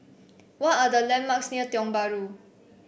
what are the landmarks near Tiong Bahru